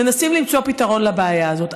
מנסים למצוא פתרון לבעיה הזאת,